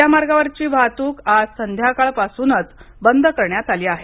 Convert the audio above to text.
या मार्गावरची वाहतूक आज संध्याकाळ पासूनच बंद करण्यात आली आहे